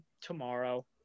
tomorrow